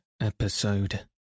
episode